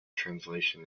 translation